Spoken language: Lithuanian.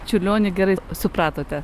čiurlionį gerai supratote